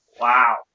Wow